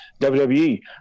WWE